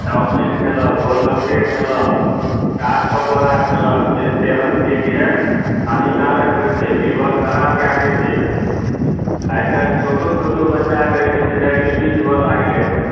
chowmein खेलक गोलगप्पे खेलक चाट पकौड़ा खेलक जे सेहतके लिए हानिकारक होइ छै लिवर ख़राब कऽ दै छै आइकाल्हि छोटो छोटो बच्चाके जे छै से डाइबिटीज हुअए लागलै हँ